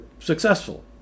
successful